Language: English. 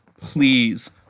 please